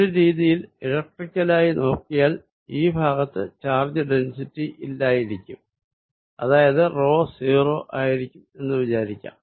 ഒരു രീതിയിൽ ഇലക്ട്രിക്കലായി നോക്കിയാൽ ഈ ഭാഗത്ത് ചാർജ് ഡെന്സിറ്റി ഇല്ലായിരിക്കും അതായത് 0 ആയിരിക്കും എന്ന് വിചാരിക്കാം